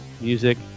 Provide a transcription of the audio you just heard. music